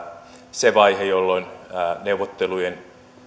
se vaihe jolloin neuvottelujen